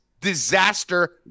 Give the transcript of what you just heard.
disaster